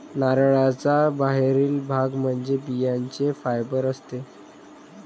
नारळाचा बाहेरील भाग म्हणजे बियांचे फायबर असते